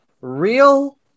real